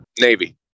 Navy